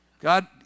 God